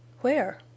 Where